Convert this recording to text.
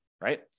right